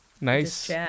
nice